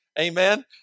Amen